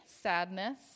sadness